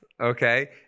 Okay